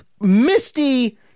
misty